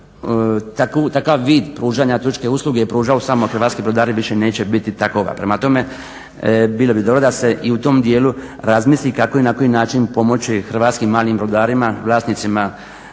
luka takav vid pružanja turističke usluge pružaju samo hrvatski brodari više neće biti takova. Prema tome bilo bi dobro da se i u tom dijelu razmisli kako i na koji način pomoći hrvatskim malim brodarima vlasnicima